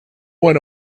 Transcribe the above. went